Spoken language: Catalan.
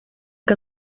que